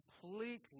completely